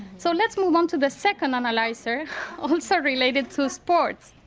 so let's move on to the second analyzer also related to sport.